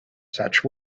such